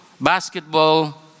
basketball